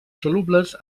solubles